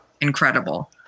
Incredible